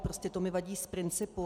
Prostě to mi vadí z principu.